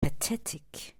pathetic